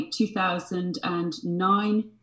2009